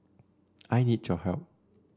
I need your help